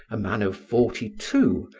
a man of forty-two,